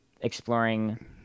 exploring